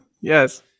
Yes